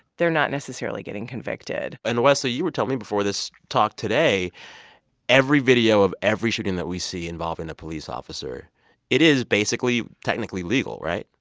they're not necessarily getting convicted and, wesley, you were telling me before this talk today every video of every shooting that we see involving a police officer it is basically technically legal, right?